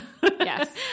Yes